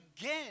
again